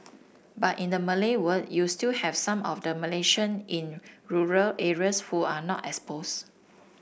but in the Malay world you still have some of the Malaysian in rural areas who are not exposed